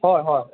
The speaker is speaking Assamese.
হয় হয়